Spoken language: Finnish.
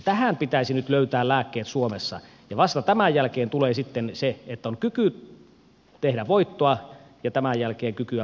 tähän pitäisi nyt löytää lääkkeet suomessa ja vasta tämän jälkeen tulee sitten se että on kyky tehdä voittoa ja tämän jälkeen kykyä maksaa yhteisöveroa